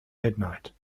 midnight